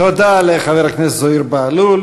תודה לחבר הכנסת זוהיר בהלול.